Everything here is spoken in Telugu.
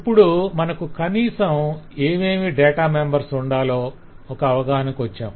ఇప్పుడు మనకు కనీసం ఏమేమి డాటా మెంబర్స్ ఉండాలో ఒక అవగాహనకు వచ్చాం